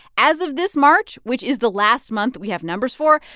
as of this march, which is the last month we have numbers for,